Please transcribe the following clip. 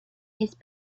his